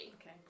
Okay